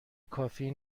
کافی